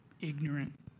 ignorant